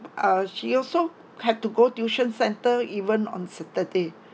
ah she also had to go tuition centre even on saturday